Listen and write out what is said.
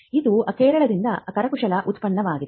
ಇದು ಕೇರಳದಿಂದ ಕರಕುಶಲ ಉತ್ಪನ್ನವಾಗಿದೆ